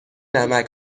نمک